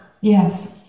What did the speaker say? Yes